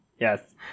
Yes